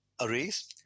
arrays